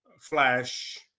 Flash